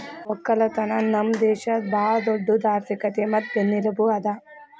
ಒಕ್ಕಲತನ ನಮ್ ದೇಶದ್ ಭಾಳ ದೊಡ್ಡುದ್ ಆರ್ಥಿಕತೆ ಮತ್ತ ಬೆನ್ನೆಲುಬು ಅದಾ